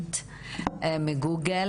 קודם כל תודה רבה,